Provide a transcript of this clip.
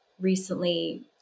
recently